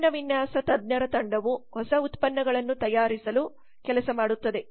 ಉತ್ಪನ್ನ ವಿನ್ಯಾಸ ತಜ್ಞರ ತಂಡವು ಹೊಸ ಉತ್ಪನ್ನಗಳನ್ನು ತಯಾರಿಸಲು ಕೆಲಸ ಮಾಡುತ್ತದೆ